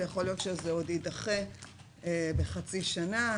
ויכול להיות שזה עוד יידחה בחצי שנה,